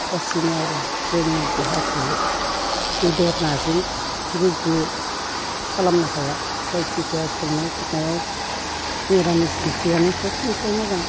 जासिनो आरो जों देहाखो बेदर नाजों गोग्गो खालामनो हाया जायखिजाया संनाय खुरनायाव मिरामिस ओंख्रियानो सबनिस्राय मोजां